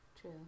True